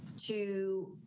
to